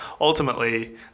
ultimately